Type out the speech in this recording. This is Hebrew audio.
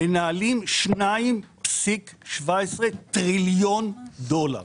הם מנהלים 2.17 טריליון דולר.